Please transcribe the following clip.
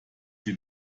die